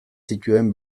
zituen